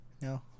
no